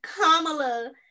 Kamala